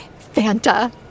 fanta